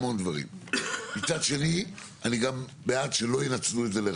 אף עירייה לא תיתן לעשות דבר